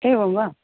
एवं वा